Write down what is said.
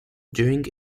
during